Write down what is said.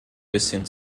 bisschen